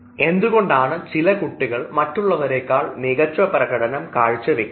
എന്തുകൊണ്ടാണ് ചില കുട്ടികൾ മറ്റുള്ളവരെക്കാൾ മികച്ച പ്രകടനം കാഴ്ചവയ്ക്കുന്നത്